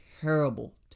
terrible